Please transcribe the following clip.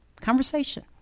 Conversation